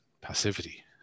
passivity